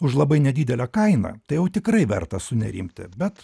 už labai nedidelę kainą tai jau tikrai verta sunerimti bet